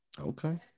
okay